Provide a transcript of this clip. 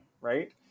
right